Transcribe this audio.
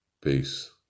Peace